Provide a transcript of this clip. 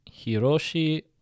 Hiroshi